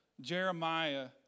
Jeremiah